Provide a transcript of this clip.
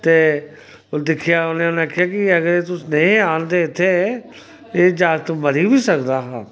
ते दिक्खेआ उ'नें उ'नें आखेआ कि अगर एह् तुस नेईं हे आह्नदे तुस इत्थै ते एह् जागत मरी बी सकदा हा